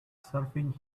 serving